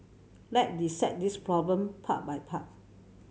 let dissect this problem part by part